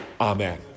Amen